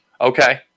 okay